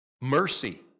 Mercy